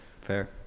fair